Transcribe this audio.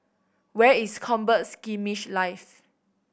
where is Combat Skirmish Live